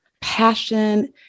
passion